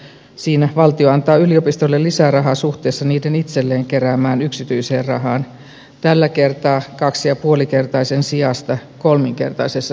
siinä valtio antaa yliopistoille lisärahaa suhteessa niiden itselleen keräämään yksityiseen rahaan tällä kertaa kaksi ja puoli kertaisen sijasta kolminkertaisessa suhteessa